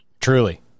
Truly